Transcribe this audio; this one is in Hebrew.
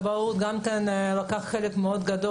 הם לקחו חלק גדול מאוד.